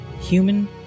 Human